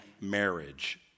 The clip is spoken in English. marriage